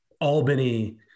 Albany